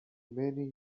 many